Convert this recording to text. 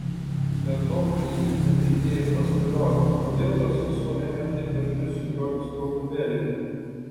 be to prisiminė lidiją ir paspėliojo kodėl jos sesuo ėmė taip dažnai sukiotis krautuvėlėje